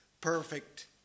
perfect